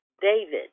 David